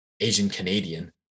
Asian-Canadian